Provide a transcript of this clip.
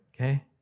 Okay